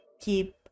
keep